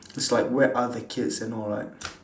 it's like where are the keys and all right